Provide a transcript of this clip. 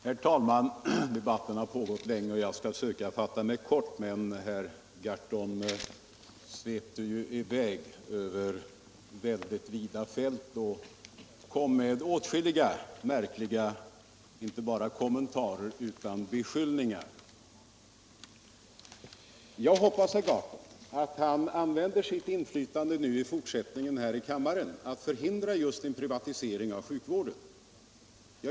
Herr talman! Debatten har pågått länge och jag skall försöka fatta mig kort, men herr Gahrton svepte ju i väg över vida fält och kom med åtskilliga märkliga inte bara kommentarer utan också beskyllningar. Jag hoppas, herr talman, att herr Gahrton använder sitt inflytande i fortsättningen här i kammaren till att förhindra just en privatisering av sjukvården.